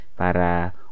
Para